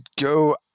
go